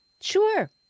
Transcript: Sure